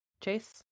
Chase